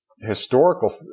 historical